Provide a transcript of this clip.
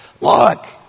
look